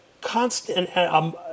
constant